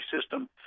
system